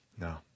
No